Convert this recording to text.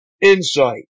Insight